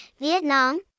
Vietnam